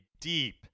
deep